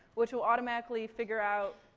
which will automatically figure out,